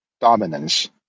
dominance